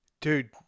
Dude